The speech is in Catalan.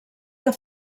que